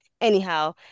Anyhow